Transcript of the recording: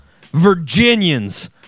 Virginians